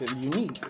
unique